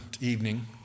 evening